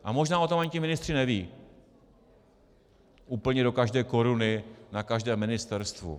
A možná o tom ani ti ministři nevědí úplně do každé koruny na každém ministerstvu.